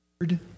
word